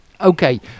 Okay